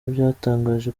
byatangaje